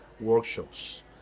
workshops